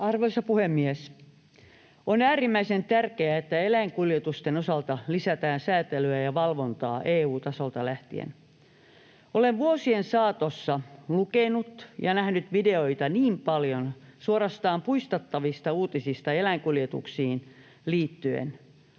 Arvoisa puhemies! On äärimmäisen tärkeää, että eläinkuljetusten osalta lisätään sääntelyä ja valvontaa EU-tasolta lähtien. Olen vuosien saatossa lukenut ja nähnyt videoita niin paljon suorastaan puistattavista uutisista eläinkuljetuksiin liittyen,